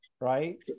right